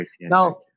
Now